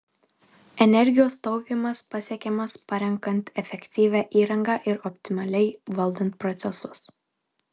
energijos taupymas pasiekiamas parenkant efektyvią įrangą ir optimaliai valdant procesus